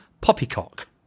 poppycock